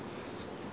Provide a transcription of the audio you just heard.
race course leh